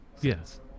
Yes